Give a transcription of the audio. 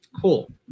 Cool